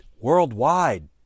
Worldwide